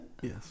Yes